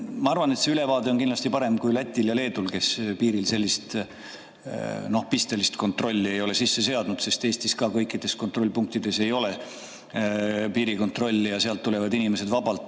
ma arvan, et see ülevaade on kindlasti parem kui Lätil ja Leedul, kes piiril sellist pistelist kontrolli ei ole sisse seadnud, sest Eestis ka kõikides kontrollpunktides ei ole piirikontrolli ja sealt tulevad inimesed vabalt